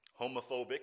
homophobic